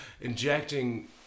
injecting